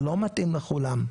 זה לא מתאים לכולם,